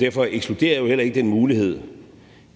Derfor ekskluderer jeg jo heller ikke den mulighed,